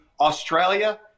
Australia